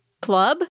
club